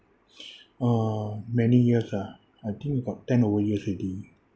uh many years ah I think about ten over years already